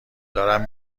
دارم